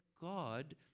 God